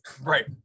right